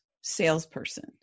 salesperson